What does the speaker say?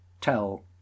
tell